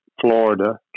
Florida